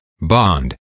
bond